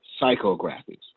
Psychographics